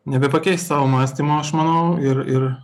nebepakeis savo mąstymo aš manau ir ir